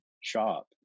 shop